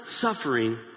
suffering